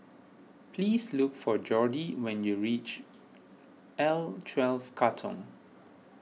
please look for Jordi when you reach L twelve Katong